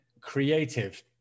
creative